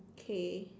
okay